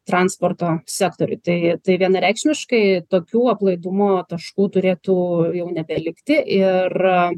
transporto sektoriui tai tai vienareikšmiškai tokių aplaidumo taškų turėtų jau nebelikti ir